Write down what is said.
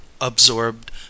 absorbed